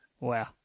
Wow